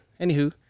anywho